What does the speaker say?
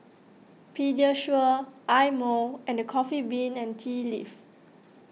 Pediasure Eye Mo and the Coffee Bean and Tea Leaf